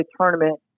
tournament